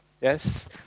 Yes